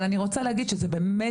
אבל אני רוצה להגיד שזה באמת,